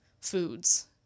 foods